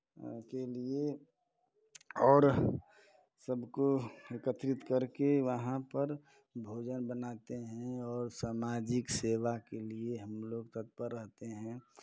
के लिए और सबको एकत्रित करके वहाँ पर भोजन बनाते हैं और सामाजिक सेवा के लिए हम लोग तत्पर रहते हैं